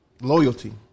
loyalty